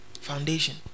Foundation